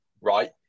right